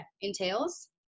entails